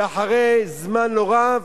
ואחרי זמן לא רב